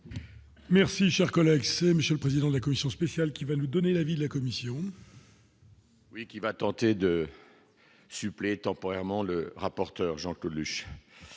Merci, cher collègue, c'est monsieur le président de la commission spéciale qui va lui donner l'avis de la commission. Oui, qui va tenter de suppléer temporairement le rapporteur Jean-Claude Luche